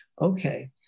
okay